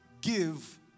give